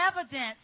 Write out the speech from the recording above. evidence